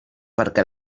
perquè